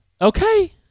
Okay